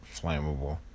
flammable